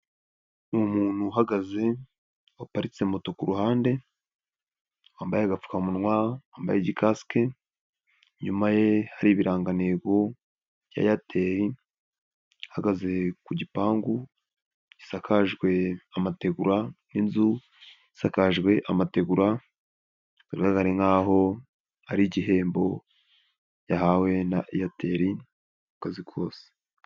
Ni umuntu uhagaze waparitse moto ku ruhande wambaye agapfukamunwa, wambaye igikasike, inyuma ye hari ibirantego bya Airtel, uhagaze ku gipangu gisakajwe amategura n'inzu isakajwe amategura bigaragare nk'aho ari igihembo yahawe na Airtel mu kazi kose.